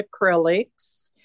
acrylics